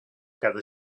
cada